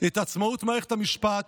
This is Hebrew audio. את עצמאות מערכת המשפט,